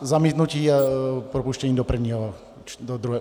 Zamítnutí propuštění do prvního, do druhého...